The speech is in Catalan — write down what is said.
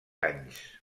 anys